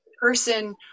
person